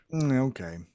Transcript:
Okay